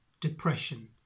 depression